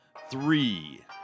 three